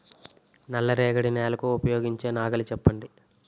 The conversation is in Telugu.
నల్ల రేగడి నెలకు ఉపయోగించే నాగలి చెప్పండి?